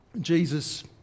Jesus